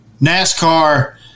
NASCAR